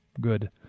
good